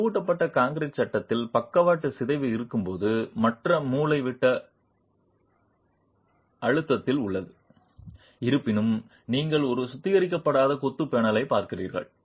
வலுவூட்டப்பட்ட கான்கிரீட் சட்டத்தில் பக்கவாட்டு சிதைவு இருக்கும்போது மற்ற மூலைவிட்டம் பதற்றத்தில் உள்ளது இருப்பினும் நீங்கள் ஒரு சுத்திகரிக்கப்படாத கொத்து பேனலைப் பார்க்கிறீர்கள்